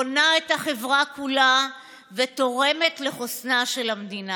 בונה את החברה כולה ותורמת לחוסנה של המדינה.